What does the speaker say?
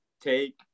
Take